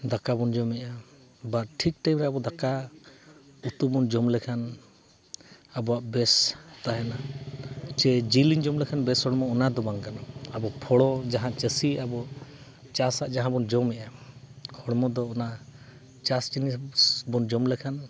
ᱫᱟᱠᱟ ᱵᱚᱱ ᱡᱚᱢᱮᱜᱼᱟ ᱵᱟ ᱟᱵᱚ ᱴᱷᱤᱠ ᱴᱟᱭᱤᱢ ᱨᱮ ᱫᱟᱠᱟ ᱩᱛᱩ ᱵᱚᱱ ᱡᱚᱢ ᱞᱮᱠᱷᱟᱱ ᱟᱵᱚᱣᱟᱜ ᱵᱮᱥ ᱛᱟᱦᱮᱱᱟ ᱪᱮ ᱡᱤᱞ ᱞᱤᱧ ᱡᱚᱢ ᱞᱮᱠᱷᱟᱱ ᱵᱮᱥ ᱦᱚᱲᱢᱚ ᱚᱱᱟ ᱫᱚ ᱵᱟᱝ ᱠᱟᱱᱟ ᱟᱫᱚ ᱯᱷᱳᱲᱳ ᱡᱟᱦᱟᱸ ᱪᱟᱹᱥᱤᱭᱮᱜᱼᱟ ᱵᱚᱱ ᱪᱟᱥᱟᱜ ᱡᱟᱦᱟᱸ ᱡᱚᱢᱮᱜᱼᱟ ᱦᱚᱲᱢᱚ ᱫᱚ ᱚᱱᱟ ᱪᱟᱥ ᱡᱤᱱᱤᱥ ᱵᱚᱱ ᱡᱚᱢ ᱞᱮᱠᱷᱟᱱ